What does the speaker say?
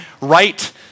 Right